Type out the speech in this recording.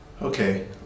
Okay